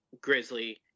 Grizzly